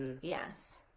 Yes